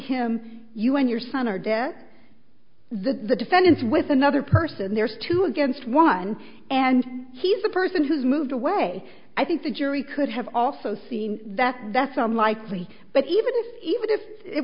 him you when your son or dead the defendants with another person there's two against one and he's a person who's moved away i think the jury could have also seen that that's not likely but even if even if it